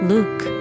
Luke